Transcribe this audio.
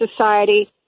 society